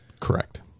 Correct